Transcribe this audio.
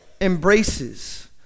embraces